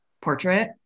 portrait